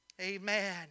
Amen